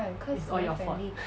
is all your fault